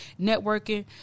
networking